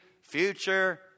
future